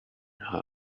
her